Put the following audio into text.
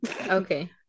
Okay